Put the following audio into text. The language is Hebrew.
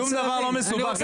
שום דבר לא מסובך.